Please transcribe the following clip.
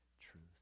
truth